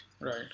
right